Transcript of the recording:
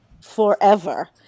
forever